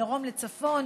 מדרום לצפון,